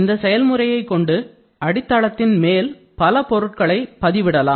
இந்த முறையைக் கொண்டு அடித்தளத்தின் மேல் பல பொருட்களை பதிவிடலாம்